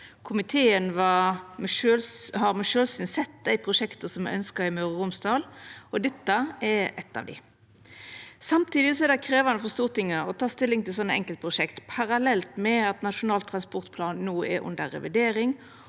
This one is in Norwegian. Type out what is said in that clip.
Komiteen har ved sjølvsyn sett dei prosjekta som er ønskte i Møre og Romsdal, og dette er eit av dei. Samtidig er det krevjande for Stortinget å ta stilling til slike enkeltprosjekt parallelt med at Nasjonal transportplan no er under revidering,